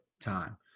time